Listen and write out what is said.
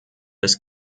des